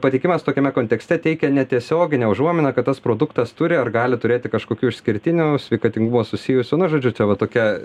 pateikimas tokiame kontekste teikia netiesioginę užuominą kad tas produktas turi ar gali turėti kažkokių išskirtinių sveikatingumo susijusių na žodžiu čia va tokia